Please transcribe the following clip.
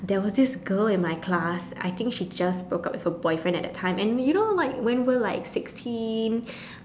there was this girl in my class I think she just broke up with her boyfriend at that time and you know like when we're like sixteen